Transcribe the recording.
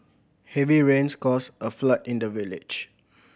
heavy rains caused a flood in the village